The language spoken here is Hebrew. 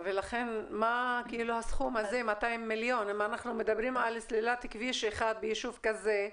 אם אנחנו מדברים על סלילת כביש אחד ביישוב כזה,